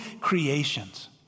creations